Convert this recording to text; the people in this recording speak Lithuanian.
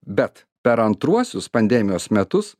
bet per antruosius pandemijos metus